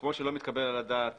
כמו שלא מתקבל על הדעת